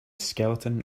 skeleton